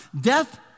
Death